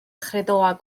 chredoau